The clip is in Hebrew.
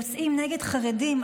יוצאים נגד חרדים,